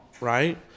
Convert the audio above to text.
Right